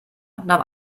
nahm